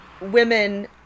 women